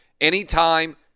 Anytime